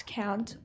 count